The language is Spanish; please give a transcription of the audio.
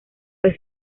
fue